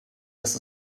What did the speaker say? dass